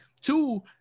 Two